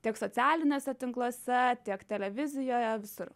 tiek socialiniuose tinkluose tiek televizijoje visur